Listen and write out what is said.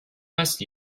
best